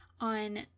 on